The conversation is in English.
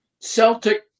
Celtic